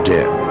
Dead